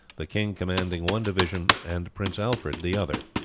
the king commanding one division and prince alfred the other.